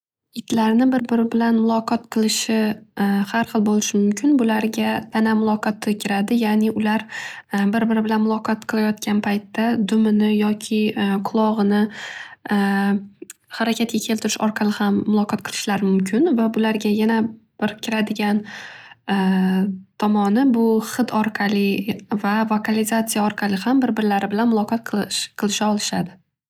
Itlarni bir biri bilan muloqot qilishi har xil bo'lishi mumkin. Bularga tana muloqoti kiradi, ya'ni ular bir bir bilan muloqot qilayotganda dumini yoki qulog'ini harakatga keltirish orqali ham muloqot qilishlari mumkin va bularga yana bir kiradigan tomoni bu hid orqali va vokalizatsiya orqali ham bir birlari bilan muloqot qilish- qilisha olishadi.